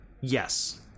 Yes